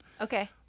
Okay